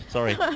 Sorry